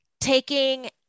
taking